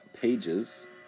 pages